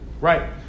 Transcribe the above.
Right